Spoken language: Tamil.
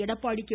எடப்பாடி கே